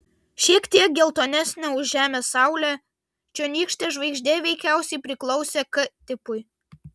šiek tiek geltonesnė už žemės saulę čionykštė žvaigždė veikiausiai priklausė k tipui